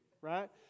right